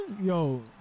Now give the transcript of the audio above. Yo